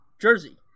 jersey